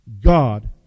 God